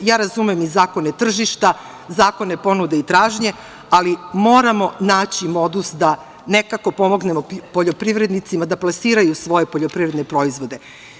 Ja razumem i zakone tržišta, zakone ponude i tražnje, ali moramo naći modus da nekako pomognemo poljoprivrednicima da plasiraju svoje poljoprivredne proizvode.